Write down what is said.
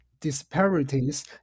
disparities